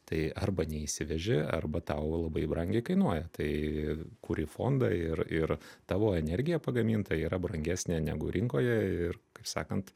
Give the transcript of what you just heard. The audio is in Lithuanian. tai arba neįsiveži arba tau labai brangiai kainuoja tai kuri fondą ir ir tavo energija pagaminta yra brangesnė negu rinkoje ir kaip sakant